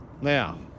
Now